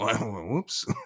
Whoops